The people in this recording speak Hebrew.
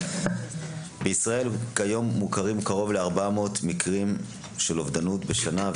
בישראל כיום מוכרים קרוב ל-400 מקרים של אובדנות בשנה,